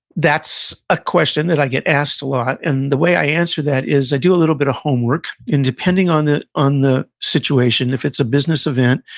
that's a question that i get asked a lot. and the way i answer that is, i do a little bit of homework, and depending on the on the situation, if it's a business event,